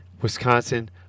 Wisconsin –